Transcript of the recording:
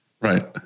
Right